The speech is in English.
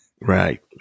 right